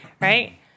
Right